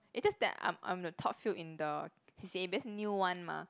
it's just that I'm I'm the top few in the C_C_A base new one mah